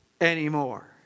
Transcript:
anymore